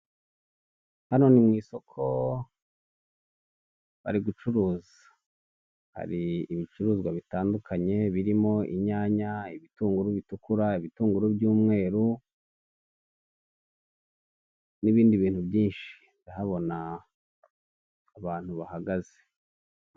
Hano ni mu isoko bari gucuruza hari ibicuruzwa bitandukanye birimo inyanya, ibitunguru bitukura, ibitunguru by'umweru n'ibindi bintu byinshi ndahabona abantu bahagaze.